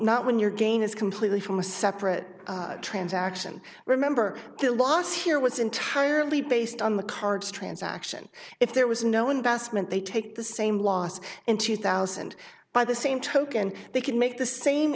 not when your gain is completely from a separate transaction remember the loss here was entirely based on the cards transaction if there was no investment they take the same loss in two thousand by the same token they can make the same